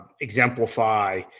exemplify